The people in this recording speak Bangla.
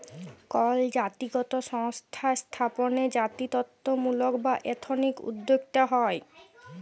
কল জাতিগত সংস্থা স্থাপনে জাতিত্বমূলক বা এথনিক উদ্যক্তা হ্যয়